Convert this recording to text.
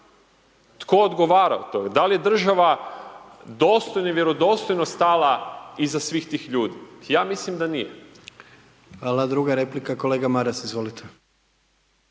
tko odgovara o toj, dal je država dostojno i vjerodostojno stala iza svih tih ljudi, ja mislim da nije. **Jandroković, Gordan (HDZ)** Hvala, druga replika kolega Maras, izvolite.